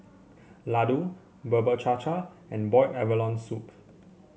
laddu Bubur Cha Cha and Boiled Abalone Soup